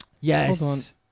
Yes